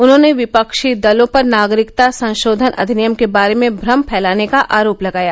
उन्होंने विपक्षी दलों पर नागरिकता संशोधन अधिनियम के बारे में भ्रम फैलाने का आरोप लगाया